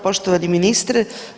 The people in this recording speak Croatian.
Poštovani ministre.